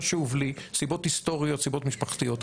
חשוב לי, סיבות היסטוריות, סיבות משפחתיות.